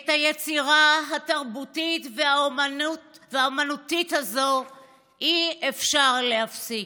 את היצירה התרבותית והאומנותית הזו אי-אפשר להפסיק.